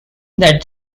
that